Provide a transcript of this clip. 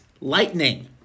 Lightning